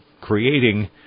creating